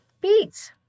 Beets